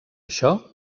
això